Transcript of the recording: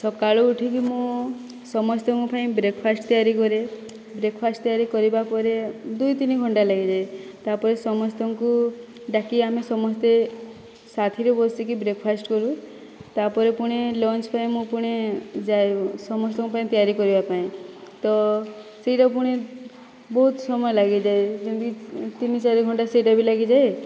ସକାଳୁ ଉଠିକି ମୁଁ ସମସ୍ତଙ୍କ ପାଇଁ ବ୍ରେକ୍ଫାଷ୍ଟ ତିଆରି କରେ ବ୍ରେକ୍ଫାଷ୍ଟ ତିଆରି କରିବା ପରେ ଦୁଇ ତିନି ଘଣ୍ଟା ଲାଗିଯାଏ ତା'ପରେ ସମସ୍ତଙ୍କୁ ଡାକି ଆମେ ସମସ୍ତେ ସାଥିରେ ବସିକି ବ୍ରେକ୍ଫାଷ୍ଟ କରୁ ତା'ପରେ ପୁଣି ଲଞ୍ଚ ପାଇଁ ମୁଁ ପୁଣି ଯାଏ ସମସ୍ତଙ୍କ ପାଇଁ ତିଆରି କରିବା ପାଇଁ ତ ସେଇଟାକୁ ପୁଣି ବହୁତ ସମୟ ଲାଗିଯାଏ ଯେମିତି ତିନି ଚାରି ଘଣ୍ଟା ସେଇଟାବି ଲାଗିଯାଏ